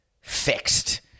fixed